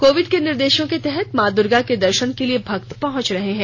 Covid के निर्देशों के तहत माँ दुर्गा के दर्शन के लिए भक्त पहुंचे रहे है